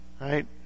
Right